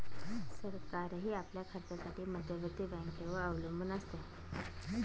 सरकारही आपल्या खर्चासाठी मध्यवर्ती बँकेवर अवलंबून असते